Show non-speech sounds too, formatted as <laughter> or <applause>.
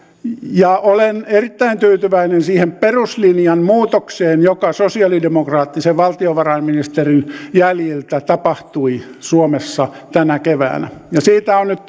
olen erittäin tyytyväinen siihen peruslinjan muutokseen joka sosialidemokraattisen valtiovarainministerin jäljiltä tapahtui suomessa tänä keväänä siitä on nyt <unintelligible>